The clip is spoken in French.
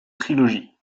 trilogie